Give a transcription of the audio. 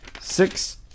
six